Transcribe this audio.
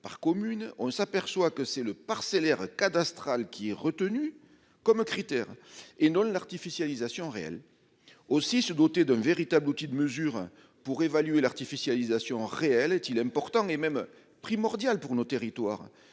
par commune, on s'aperçoit que c'est le parcellaire cadastrales qui est retenue comme critère et non l'artificialisation réel aussi se doter d'un véritable outil de mesure pour évaluer l'artificialisation. Est il est important et même primordial pour nos territoires